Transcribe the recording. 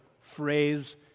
phrase